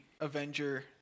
Avenger